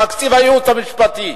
תקציב הייעוץ המשפטי.